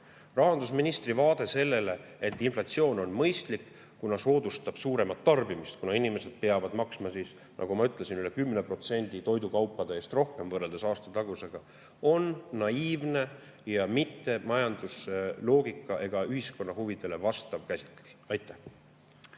Rahandusministri vaade sellele, et inflatsioon on mõistlik, kuna see soodustab suuremat tarbimist, sest inimesed peavad maksma, nagu ma ütlesin, üle 10% toidukaupade eest rohkem võrreldes aastatagusega, on naiivne. See ei ole majandusloogikale ega ühiskonna huvidele vastav käsitlus. Andres